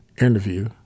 interview